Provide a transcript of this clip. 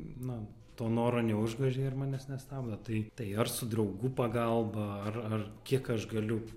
na to noro neužgožė ir manęs nestabdo tai tai ar su draugų pagalba ar ar kiek aš galiu